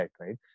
right